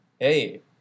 hey